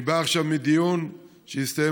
אני בא עכשיו מדיון בוועדת הפנים שהסתיים